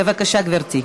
בבקשה, גברתי.